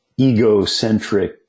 egocentric